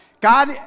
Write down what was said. God